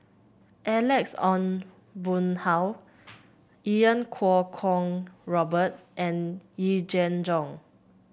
Alex Ong Boon Hau Iau Kuo Kwong Robert and Yee Jenn Jong